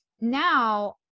now